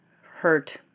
hurt